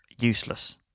useless